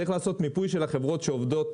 צריך לעשות מיפוי של החברות שעובדות